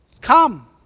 Come